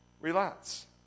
relax